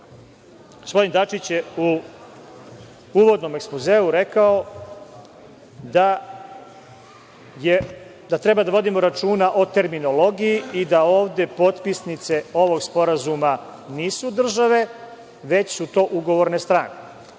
Gospodin Dačić, je u uvodnom ekspozeu rekao, da treba da vodimo računa o terminologiji i da ovde potpisnice ovog sporazuma nisu države, već su to ugovorne strane,